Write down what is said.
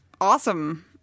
awesome